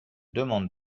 demande